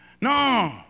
No